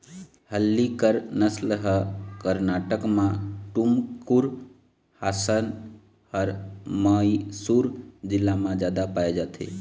हल्लीकर नसल ह करनाटक म टुमकुर, हासर अउ मइसुर जिला म जादा पाए जाथे